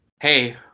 hey